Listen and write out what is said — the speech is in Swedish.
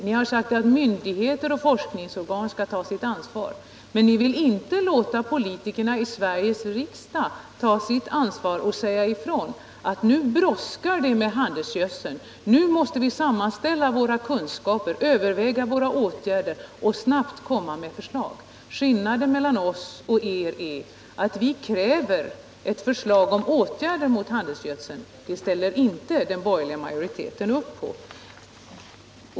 Ni har sagt att myndigheter och forskningsorgan skall ta sitt ansvar, men ni vill inte låta politikerna i Sveriges riksdag ta sitt ansvar och säga ifrån att nu brådskar det med begränsningen av användningen av handelsgödsel. Nu måste kunskaperna sammanställas, åtgärder övervägas och förslag komma fram snabbt. Skillnaden mellan oss och er är att vi kräver ett förslag om åtgärder mot användningen av handelsgödsel. Det ställer inte den borgerliga majoriteten upp på.